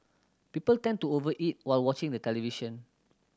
people tend to over eat while watching the television